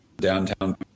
Downtown